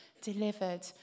delivered